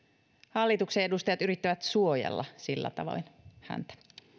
hallituksen edustajat yrittävät suojella sillä tavoin häntä